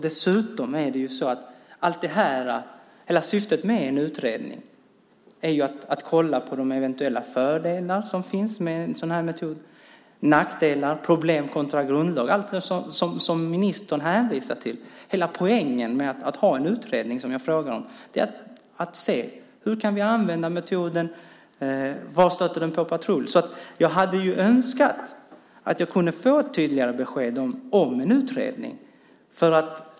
Dessutom är hela syftet med en utredning att kolla på de fördelar och nackdelar som finns med en sådan metod, på problem kontra grundlagen - allt som ministern hänvisar till. Hela poängen med den utredning som jag frågar om är att se hur vi kan använda metoden och var den stöter på patrull. Jag hade önskat att jag kunde få ett tydligare besked om en utredning.